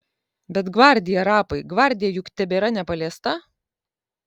bet gvardija rapai gvardija juk tebėra nepaliesta